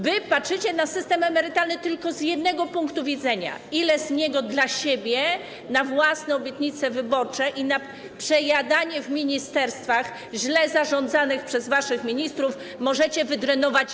Wy patrzycie na system emerytalny tylko z jednego punktu widzenia - ile z niego dla siebie, na własne obietnice wyborcze i na przejadanie w ministerstwach źle zarządzanych przez waszych ministrów, możecie dziś wydrenować.